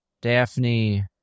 Daphne